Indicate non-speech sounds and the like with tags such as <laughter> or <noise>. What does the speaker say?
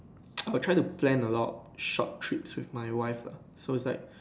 <noise> I will try to plan a lot short trips with my wife ah so it's like